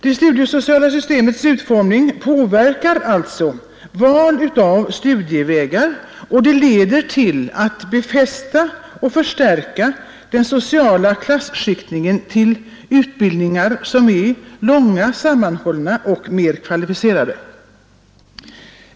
Det studiesociala stödets utformning påverkar alltså val av studievägar och leder till att befästa och förstärka den sociala klasskiktningen till utbildningar som är långa, sammanhållna och mer kvalificerade.